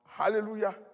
Hallelujah